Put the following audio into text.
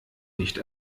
nicht